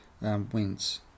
wins